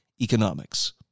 economics